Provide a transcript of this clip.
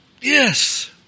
Yes